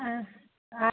ಹಾಂ ಹಾಂ